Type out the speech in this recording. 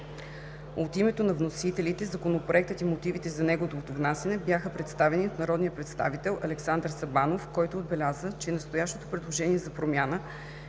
От името на вносителите Законопроектът и мотивите за неговото внасяне бяха представени от народния представител Александър Сабанов, който отбеляза, че настоящето предложение за промяна